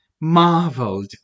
marveled